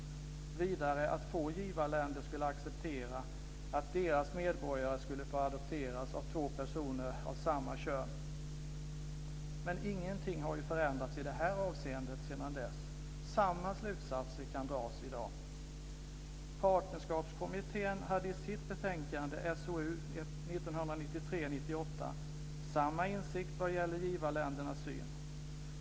Vidare framgår det att få givarländer skulle acceptera att deras medborgare skulle få adopteras av två personer av samma kön. Men ingenting har ju förändrats i detta avseende sedan dess. Samma slutsatser kan dras i dag. SOU 1993:98 samma insikt vad gäller givarländernas syn.